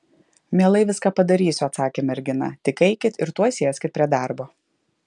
mielai viską padarysiu atsakė mergina tik eikit ir tuoj sėskit prie darbo